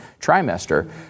trimester